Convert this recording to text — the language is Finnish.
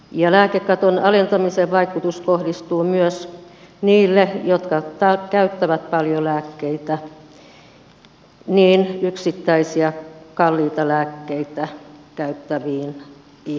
ja lääkekaton alentamisen vaikutus kohdistuu myös niihin jotka käyttävät paljon lääkkeitä niihin yksittäisiä kalliita lääkkeitä käyttäviin ihmisiin